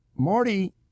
Marty